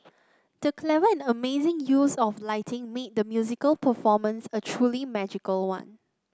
the clever and amazing use of lighting made the musical performance a truly magical one